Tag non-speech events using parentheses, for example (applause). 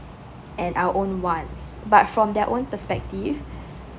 and our own wants but from their own perspective (breath)